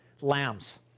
lambs